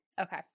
Okay